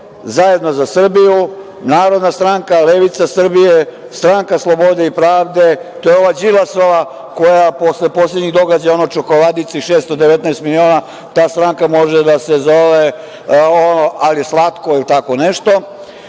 Zajedno za Srbiju, Narodna stranka, Levica Srbije, Stranka slobode i pravde, to je ova Đilasova, koja posle poslednjih događaja, ono čokoladice i 619 miliona, ta stranka može da se zove – al je slatko i tako nešto,